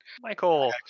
michael